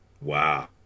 Wow